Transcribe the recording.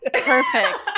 Perfect